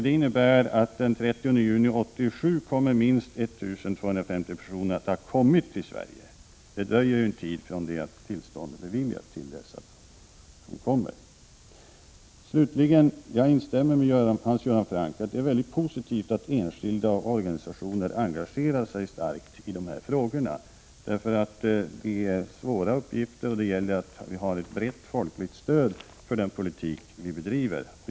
Det innebär att den 30 juni 1987 har minst 1 250 personer kommit till Sverige — det dröjer ju en tid från det att uppehållstillstånd beviljats till dess att personerna kommer. Jag instämmer med Hans Göran Franck att det är mycket positivt att enskilda och organisationer engagerar sig starkt i dessa frågor. Det är svåra uppgifter och det är viktigt att vi har ett brett folkligt stöd för den politik vi bedriver.